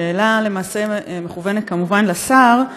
השאלה למעשה מכוונת כמובן לשר,